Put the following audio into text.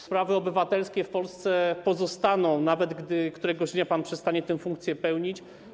Sprawy obywatelskie w Polsce pozostaną, nawet gdy któregoś dnia pan przestanie tę funkcję pełnić.